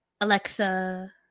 Alexa